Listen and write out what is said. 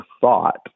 thought